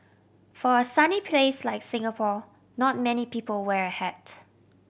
for a sunny place like Singapore not many people wear a hat